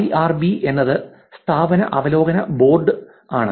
IRB എന്നത് സ്ഥാപന അവലോകന ബോർഡ് ആണ്